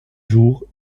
jours